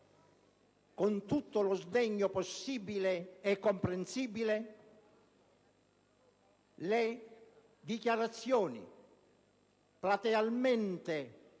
con tutto lo sdegno possibile e comprensibile le dichiarazioni platealmente